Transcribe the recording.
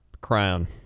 crown